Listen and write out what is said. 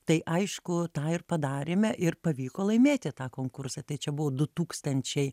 tai aišku tą ir padarėme ir pavyko laimėti tą konkursą tai čia buvo du tūkstančiai